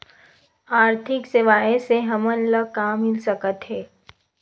आर्थिक सेवाएं से हमन ला का मिल सकत हे?